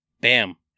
bam